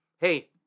hey